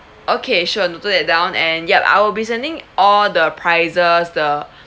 okay sure noted that down and yup I will be sending all the prices the